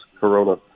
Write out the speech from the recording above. corona